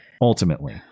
ultimately